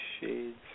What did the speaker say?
shades